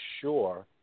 sure